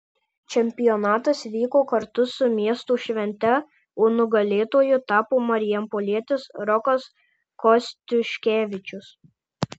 čempionatas vyko kartu su miesto švente o nugalėtoju tapo marijampolietis rokas kostiuškevičius